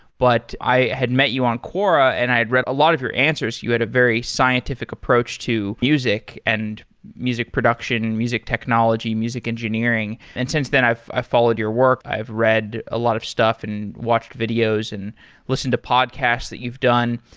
but i had met you on quora and i had read a lot of your answers. you had a very scientific approach to music and music production, music technology, music engineering, and since then i've followed your work. i've read a lot of stuff and watched videos and listened to podcasts that you've done.